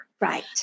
Right